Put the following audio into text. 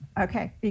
Okay